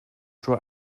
dro